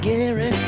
Gary